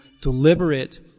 deliberate